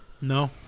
No